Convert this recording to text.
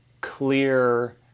clear